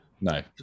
No